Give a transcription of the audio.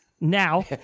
Now